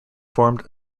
formed